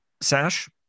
Sash